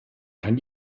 kann